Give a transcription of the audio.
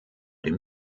den